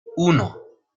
uno